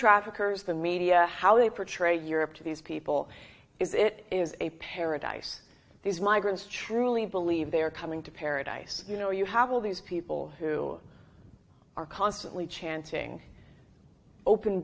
traffickers the media how they portray europe to these people it is a paradise these migrants truly believe they are coming to paradise you know you have all these people who are constantly chanting open